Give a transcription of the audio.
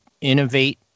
innovate